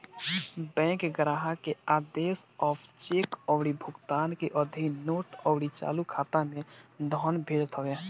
bank ग्राहक के आदेश पअ चेक अउरी भुगतान के अधीन नोट अउरी चालू खाता में धन भेजत हवे